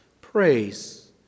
praise